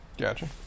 gotcha